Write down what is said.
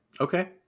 Okay